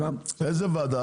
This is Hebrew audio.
איזה ועדה?